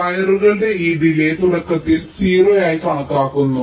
അതിനാൽ വയറുകളുടെ ഈ ഡിലേയ് തുടക്കത്തിൽ 0 ആയി കണക്കാക്കുന്നു